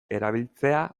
erabiltzea